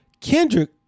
Kendrick